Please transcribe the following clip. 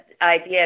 idea